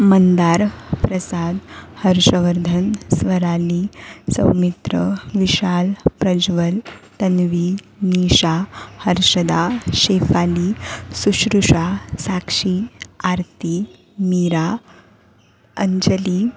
Mandar Prasad Harshvardhan Swarali Saumitra Vishal Prajwal Tanvi Nisha Harshada Shefali Sushrusha Sakshi Aarti Meera Anjali